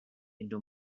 into